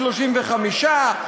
35%,